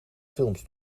films